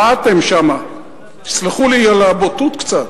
מה אתם שם, תסלחו לי על הבוטות קצת,